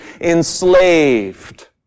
enslaved